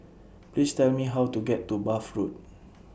Please Tell Me How to get to Bath Road